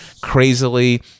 crazily